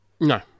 No